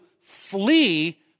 flee